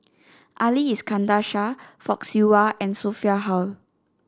Ali Iskandar Shah Fock Siew Wah and Sophia Hull